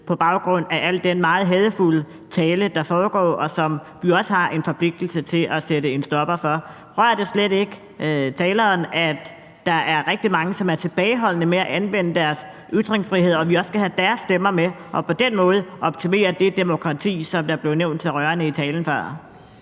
på baggrund af al den meget hadefulde tale, der foregår, og som vi jo også har en forpligtelse til at sætte en stopper for. Rører det slet ikke taleren, at der er rigtig mange, som er tilbageholdende med at anvende deres ytringsfrihed, og skal vi ikke også have deres stemmer med og på den måde optimere det demokrati, som der blev nævnt så rørende i talen før?